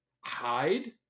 hide